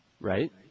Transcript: Right